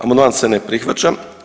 Amandman se ne prihvaća.